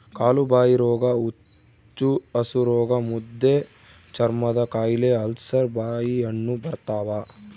ಕಾಲುಬಾಯಿರೋಗ ಹುಚ್ಚುಹಸುರೋಗ ಮುದ್ದೆಚರ್ಮದಕಾಯಿಲೆ ಅಲ್ಸರ್ ಬಾಯಿಹುಣ್ಣು ಬರ್ತಾವ